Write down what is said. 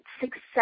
success